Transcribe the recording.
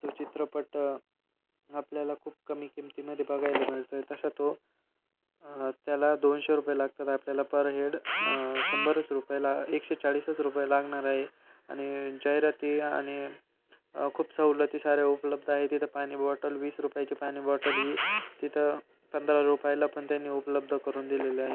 तो चित्रपट आपल्याला खूप कमी किमतीमध्ये बघायला मिळतो आहे तसा तो त्याला दोनशे रुपये लागतात आपल्याला पर हेड शंभरच रुपये ला एकशे चाळीसच रुपये लागणार आहे आणि जाहिराती आणि खूप सवलती साऱ्या उपलब्ध आहेत तिथं पाणी बॉटल वीस रुपयांची पाणी बॉटल ही तिथं पंधरा रुपायला पण त्यांनी उपलब्ध करून दिलेली आहे